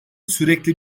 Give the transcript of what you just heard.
sürekli